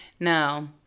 No